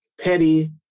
petty